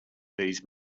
these